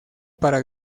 para